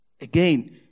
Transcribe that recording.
Again